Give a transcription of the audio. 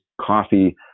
coffee